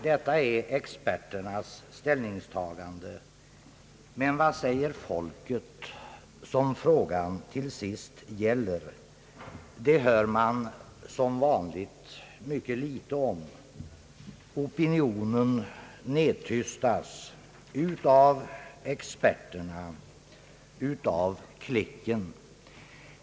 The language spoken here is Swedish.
Detta är experternas ställningstagande. Men vad säger folket, som frågan till sist gäller? Det hör man — som vanligt — ytterst litet om. Opinionen nedtystas av experterna, av klicken.